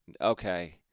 okay